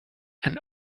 and